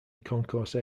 concourse